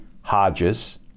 Hodges